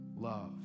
love